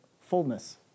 fullness